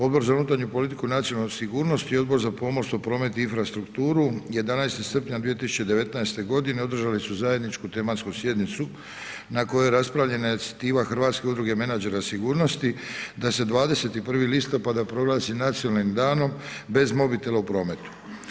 Odbor za unutarnju politiku i nacionalnu sigurnost i Odbor za pomorstvo, promet i infrastrukturu 11. srpnja 2019. godine održali su zajedničku tematsku sjednicu na kojoj je raspravljena inicijativa Hrvatske udruge menadžera sigurnosti da se 21. listopada proglasi Nacionalnim danom bez mobitela u prometu.